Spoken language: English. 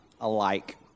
alike